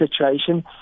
situation